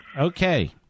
Okay